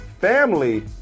family